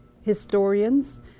historians